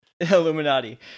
Illuminati